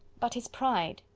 but his pride,